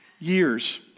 years